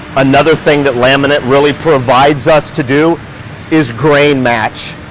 another thing that laminate really provides us to do is grain match.